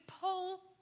pull